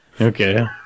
Okay